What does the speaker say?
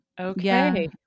Okay